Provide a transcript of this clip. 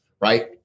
Right